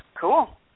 Cool